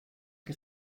que